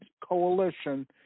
coalition